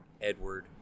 Edward